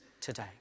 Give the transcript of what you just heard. today